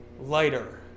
lighter